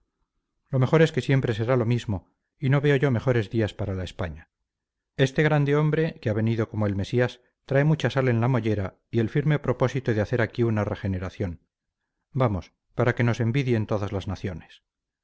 lo mejor es que siempre será lo mismo y no veo yo mejores días para la españa este grande hombre que ha venido como el mesías trae mucha sal en la mollera y el firme propósito de hacer aquí una regeneración vamos para que nos envidien todas las naciones